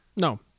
No